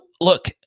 look